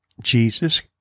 Jesus